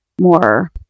more